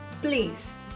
Please